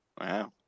Wow